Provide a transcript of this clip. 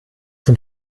zum